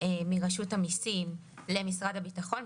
מרשות המיסים למשרד הביטחון.